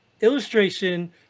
illustration